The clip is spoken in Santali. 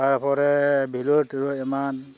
ᱛᱟᱨᱯᱚᱨᱮ ᱵᱷᱮᱞᱳᱲ ᱴᱮᱞᱳᱲ ᱮᱢᱟᱱ